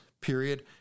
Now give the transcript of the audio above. period